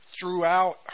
throughout